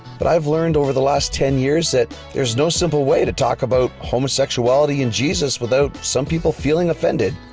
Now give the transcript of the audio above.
but i've learned over the last ten years that there's no simple way to talk about homosexuality and jesus without some people feeling offended.